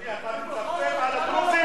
אדוני, אתה מצפצף על הדרוזים?